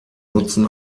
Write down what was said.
nutzen